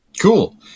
Cool